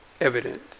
evident